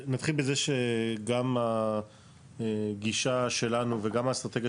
נתחיל בזה שגם הגישה שלנו וגם האסטרטגיה